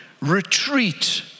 retreat